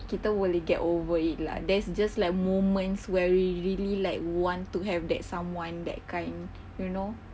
kita boleh get over it lah there's just like moments where we really like want to have that someone that kind you know